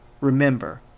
remember